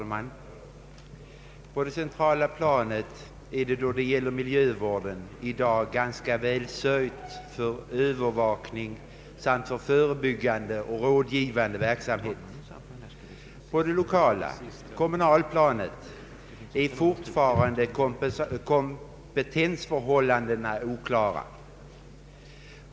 Herr talman! På det centrala planet är det, då det gäller miljövården, i dag ganska väl sörjt för övervakning samt för förebyggande och rådgivande verksamhet. På det lokala — kommunalplanet — är fortfarande kompetensförhållandena oklara.